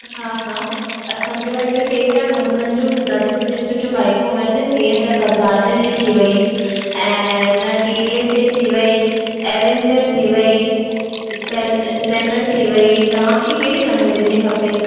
हा हा असांजे वटि टे चारि नमूननि जूं ॾाढी सुठियूं सुठियूं बाइकूं आहिनि जीअं त बजाज जी थी वेई ऐं टी वी एस जी थी वेई एवेंजर थी वेई स्पै स्पलैंडर थी वेई तव्हांखे कहिड़े नमूने जी खपे